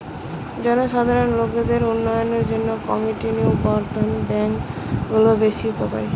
জনসাধারণ লোকদের উন্নয়নের জন্যে কমিউনিটি বর্ধন ব্যাংক গুলো বেশ উপকারী